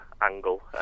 angle